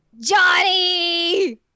Johnny